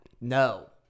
No